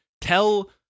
Tell